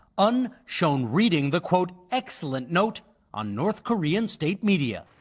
un shown reading the quote, excellent note, on north korean state media.